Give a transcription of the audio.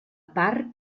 part